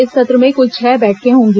इस सत्र में कुल छह बैठकें होंगी